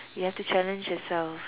you have to challenge yourself